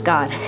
God